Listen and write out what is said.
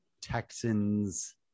Texans